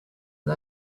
but